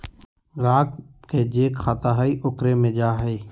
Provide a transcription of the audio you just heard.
ग्राहक के जे खाता हइ ओकरे मे जा हइ